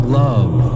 love